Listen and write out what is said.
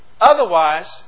Otherwise